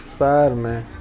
Spider-Man